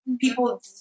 people